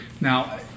Now